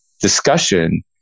discussion